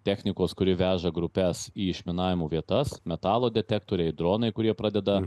technikos kuri veža grupes į išminavimų vietas metalo detektoriai ir dronai kurie pradeda